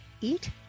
Eat